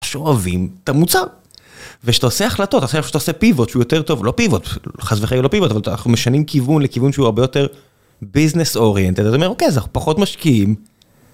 שואבים את המוצר. ושאתה עושה החלטות, אתה עושה, שאתה עושה פיבוט שהוא יותר טוב... הוא לא פיבוט, חס וחלילה לא פיבוט, אבל אנחנו משנים כיוון לכיוון שהוא הרבה יותר... ביזנס אוריינטד, אז אני אומר אוקיי אז אנחנו פחות משקיעים...